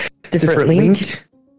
differently